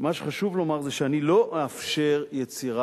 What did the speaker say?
מה שחשוב לומר הוא שאני לא אאפשר יצירה